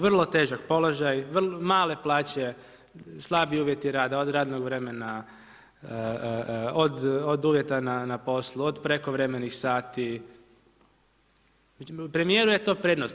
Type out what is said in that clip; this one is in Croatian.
Vrlo težak položaj, male plaće, slabi uvjeti rada, od radnog vremena, od uvjeta na poslu, od prekovremenih sati, premjeru je to prednost.